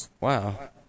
Wow